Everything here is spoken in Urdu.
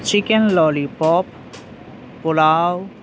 chicken lollipop pulao